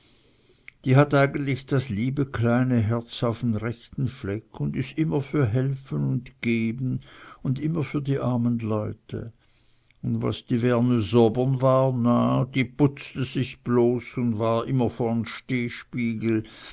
die hat eijentlich das liebe kleine herz auf'n rechten fleck un is immer für helfen und geben un immer für die armen leute un was die vernezobern war na die putzte sich bloß un war immer vor'n